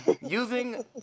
Using